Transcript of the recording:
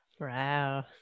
Wow